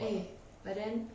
eh but then